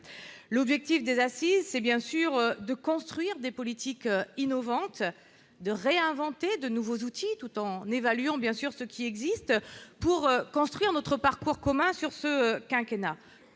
l'objectif des assises, c'est bien sûr de construire des politiques innovantes de réinventer de nouveaux outils, tout en évaluant, bien sûr, ce qui existe pour construire notre parcours commun sur ce quinquennat